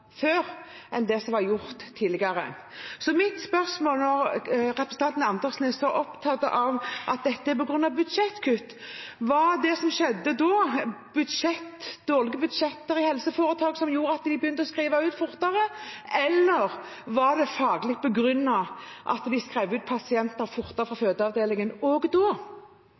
før det som var gjort tidligere. Mitt spørsmål, når representanten Andersen er så opptatt av at dette er på grunn av budsjettkutt: Det som skjedde da, var det dårlige budsjetter i helseforetakene som gjorde at de begynte å skrive ut fortere, eller var det også da faglig begrunnet at de skrev ut pasienter fortere fra fødeavdelingen?